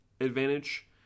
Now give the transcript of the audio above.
advantage